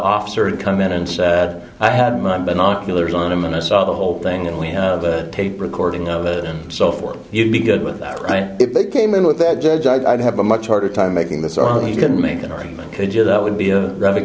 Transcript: officer had come in and said i had my binoculars on him and i saw the whole thing and we tape recording of it and so forth you'd be good with that right if they came in with that judge i'd have a much harder time making this on you can make an argument could you that would be a r